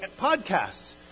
podcasts